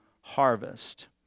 harvest